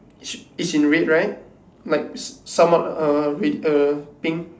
it's in red right like somewhat uh with uh pink